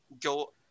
go